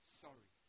sorry